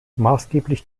maßgeblich